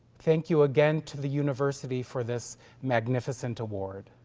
thank you again to the university for this magnificent award.